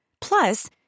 Plus